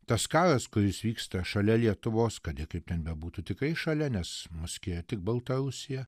tas karas kuris vyksta šalia lietuvos kad ir kaip ten bebūtų tikrai šalia nes mūs skiria tik baltarusija